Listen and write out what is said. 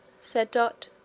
said dot.